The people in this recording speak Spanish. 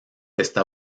está